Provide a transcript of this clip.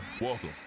Welcome